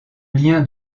lien